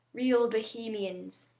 real bohemians!